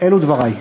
אלו דברי.